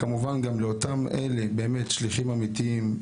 כמובן גם לאותם אלה, באמת שליחים אמתיים,